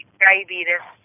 diabetes